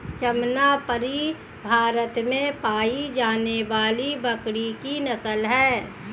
जमनापरी भारत में पाई जाने वाली बकरी की नस्ल है